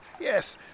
yes